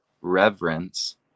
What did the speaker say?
reverence